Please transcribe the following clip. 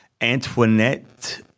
Antoinette